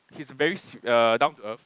he's very s~ uh down to earth